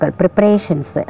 preparations